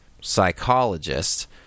psychologist